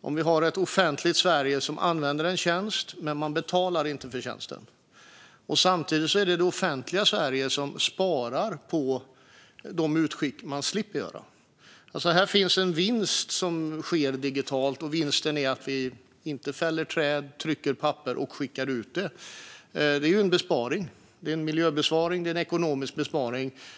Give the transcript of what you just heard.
om vi har ett offentligt Sverige som använder en tjänst men inte betalar för tjänsten. Det är samtidigt det offentliga Sverige som sparar på de utskick som man slipper göra. Här uppstår alltså en digital vinst, och vinsten är att vi inte fäller träd, trycker papper och skickar ut det. Det är ju en besparing, både en miljöbesparing och en ekonomisk besparing.